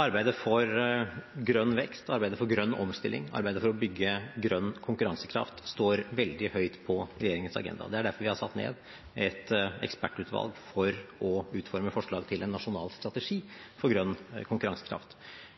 Arbeidet for grønn vekst, arbeidet for grønn omstilling, arbeidet for å bygge grønn konkurransekraft står veldig høyt på regjeringens agenda. Det er derfor vi har satt ned et ekspertutvalg for å utforme forslag til en nasjonal strategi for grønn konkurransekraft,